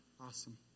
Awesome